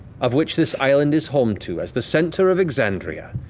of which this island is home to, as the center of exandria.